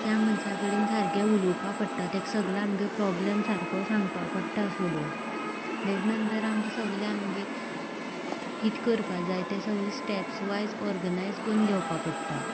त्या मनशा कडेन सारकें उलोवपाक पडटा ताका सगळें आमचे प्रॉबलम सारको सांगपाक पडटा सोडोवन ताजे नंतर आमकां सगळें आमचें कितें करपाक जाय ते सगळे स्टॅप वायज ऑर्गनायज करून घेवपाक पडटा